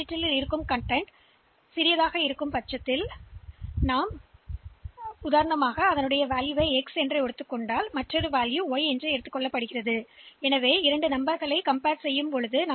எனவே திரட்டியின் உள்ளடக்கம் இந்த நினைவக இருப்பிடத்தின் உள்ளடக்கத்தை விடக் குறைவாக இருந்தால் அல்லது அவை ஒரே மாதிரியாக இருந்தால் இந்த மதிப்பு x என்றும் இந்த மதிப்பு y என்றும் சொல்லலாம்